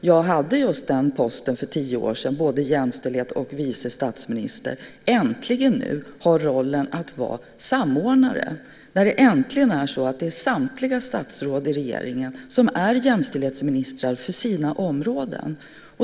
Jag hade just den posten för tio år sedan, både jämställdhets och vice statsminister, och har nu äntligen rollen att vara samordnare. Det är äntligen så att det är samtliga statsråd i regeringen som är jämställdhetsministrar för sina områden.